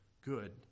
good